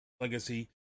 legacy